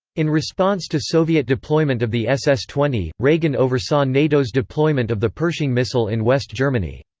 in response to soviet deployment of the ss twenty, reagan oversaw nato's deployment of the pershing missile in west germany.